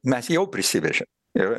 mes jau prisivežėm ir